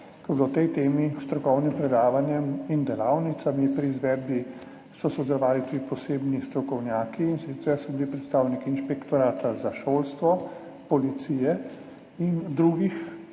2022, o tej temi, s strokovnim predavanjem in delavnicami. Pri izvedbi so sodelovali tudi posebni strokovnjaki, in sicer so bili predstavniki Inšpektorata za šolstvo, Policije in drugih